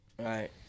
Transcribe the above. Right